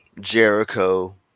Jericho